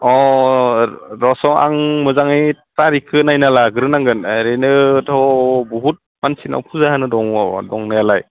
अ रस' आं मोजाङै तारिकखौ नायना लाग्रोनांगोन ओरैनोथ' बहुत मानसिनाव फुजा होनो दंबावो दंनायालाय